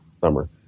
summer